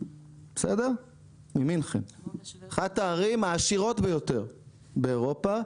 אחת הערים העשירות באירופה,